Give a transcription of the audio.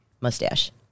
mustache